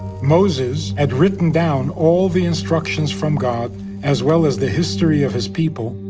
moses had written down all the instructions from god as well as the history of his people,